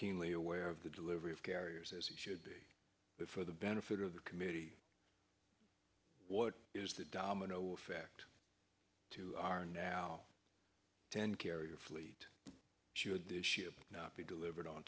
keenly aware of the delivery of carriers as he should be for the benefit of the community what is the domino effect to our now ten carrier fleet should this ship not be delivered on